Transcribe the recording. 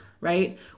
Right